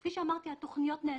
כפי שאמרתי, התוכניות נעשו,